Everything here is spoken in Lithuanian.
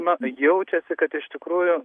na jaučiasi kad iš tikrųjų